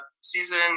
season